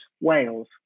Wales